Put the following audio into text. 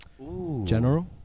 General